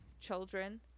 children